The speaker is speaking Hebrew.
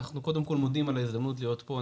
אנחנו קודם כל מודים על ההזדמנות להיות פה,